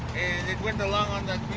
and it went along on the